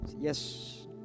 Yes